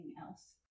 else